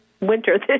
winter